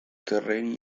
terreni